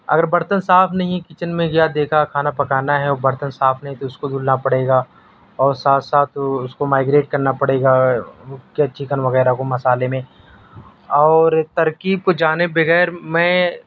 اگر برتن صاف نہیں ہے کچن میں گیا دیکھا کھانا پکانا ہے اور برتن صاف نہیں ہے تو اس کو دھلنا پڑے گا اور ساتھ ساتھ اس کو مائگریٹ کرنا پڑے گا چکن وغیرہ کو مسالے میں اور ترکیب کو جانے بغیر میں